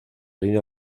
línea